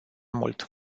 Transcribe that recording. mult